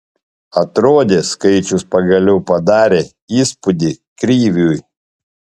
atrodė skaičius pagaliau padarė įspūdį kriviui